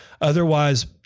Otherwise